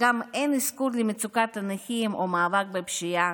וגם אין אזכור למצוקת הנכים או מאבק בפשיעה,